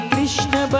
Krishna